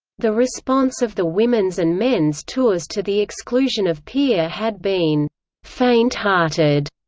the response of the women's and men's tours to the exclusion of peer had been faint-hearted,